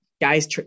guys